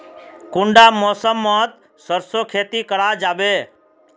कुंडा मौसम मोत सरसों खेती करा जाबे?